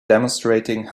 demonstrating